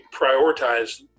prioritize